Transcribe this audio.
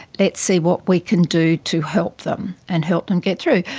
let's see what we can do to help them and help them get through.